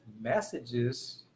messages